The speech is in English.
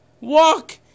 walk